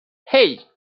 hey